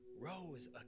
rose